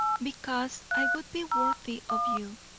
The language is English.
because i would be worthy of you,